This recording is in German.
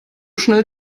schnell